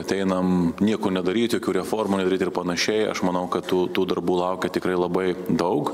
ateinam nieko nedaryt jokių reformų ir panašiai aš manau kad tų tų darbų laukia tikrai labai daug